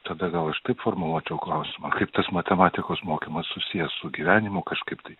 tada gal aš taip formuluočiau klausimą kaip tas matematikos mokymas susijęs su gyvenimu kažkaip tai